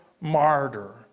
martyr